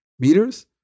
meters